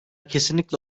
kesinlikle